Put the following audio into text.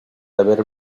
haber